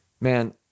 man